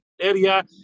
area